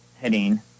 heading